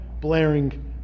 blaring